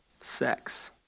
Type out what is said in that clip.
Sex